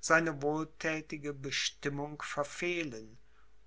seine wohlthätige bestimmung verfehlen